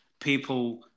people